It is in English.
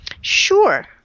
Sure